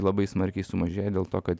labai smarkiai sumažėja dėl to kad